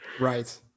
Right